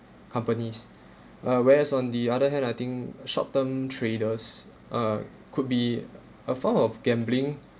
companies uh where as on the other hand I think short term traders uh could be a form of gambling